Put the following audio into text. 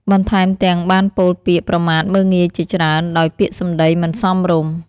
បន្ថែមទាំងបានពោលពាក្យប្រមាថមើលងាយជាច្រើន ដោយពាក្យសម្ដីមិនសមរម្យ។